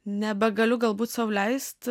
nebegaliu galbūt sau leist